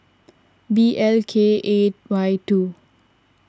B L K A Y two